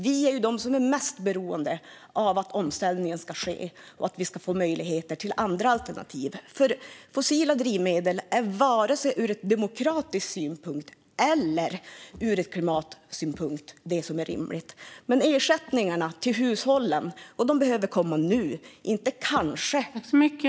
Vi är de som är mest beroende av att omställningen sker och att det finns möjligheter till andra alternativ. Det är inte rimligt med fossila drivmedel vare sig ur demokratisk synpunkt eller ur klimatsynpunkt. Och ersättningarna till hushållen behöver komma nu, inte kanske.